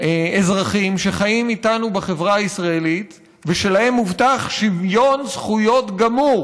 אזרחים שחיים איתנו בחברה הישראלית ושלהם הובטח שוויון זכויות גמור